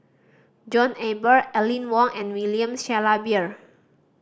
John Eber Aline Wong and William Shellabear